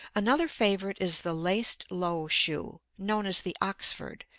another favorite is the laced low shoe, known as the oxford,